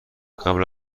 قبل